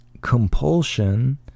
compulsion